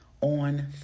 on